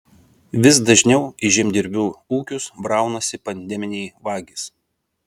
vis dažniau į žemdirbių ūkius braunasi pandeminiai vagys